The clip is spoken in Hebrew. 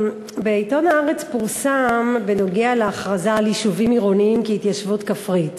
בעיתון "הארץ" פורסם על ההכרזה על יישובים עירוניים כהתיישבות כפרית